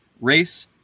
Race